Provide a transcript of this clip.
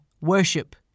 Worship